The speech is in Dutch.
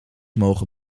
mogen